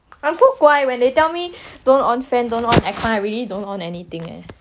I'm so 乖 when they tell me don't on fan don't on aircon I really don't on anything eh